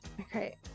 Okay